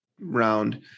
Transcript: round